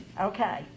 Okay